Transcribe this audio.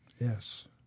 Yes